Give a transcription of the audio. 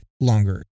longer